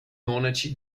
monaci